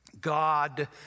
God